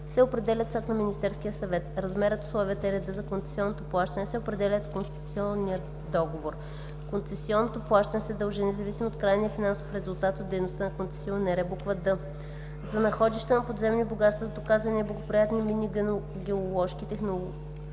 определят с акт на Министерския съвет. Размерът, условията и редът за концесионното плащане се определят в концесионния договор. Концесионното плащане се дължи независимо от крайния финансов резултат от дейността на концесионера. д) За находища на подземни богатства с доказани неблагоприятни минно-геоложки, техноложки